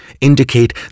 indicate